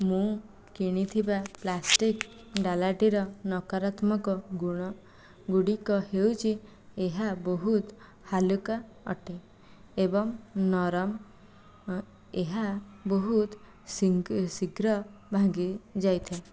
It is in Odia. ମୁଁ କିଣିଥିବା ପ୍ଲାଷ୍ଟିକ ଡାଲାଟିର ନକରାତ୍ମକ ଗୁଣ ଗୁଡ଼ିକ ହେଉଛି ଏହା ବହୁତ ହାଲୁକା ଅଟେ ଏବଂ ନରମ ଏହା ବହୁତ ଶୀଘ୍ର ଭାଙ୍ଗି ଯାଇଥାଏ